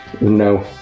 no